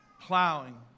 plowing